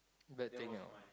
bad thing ah